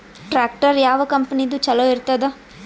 Tractor ಯಾವ ಕಂಪನಿದು ಚಲೋ ಇರತದ?